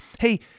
hey